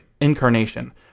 incarnation